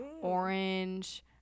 orange